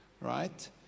right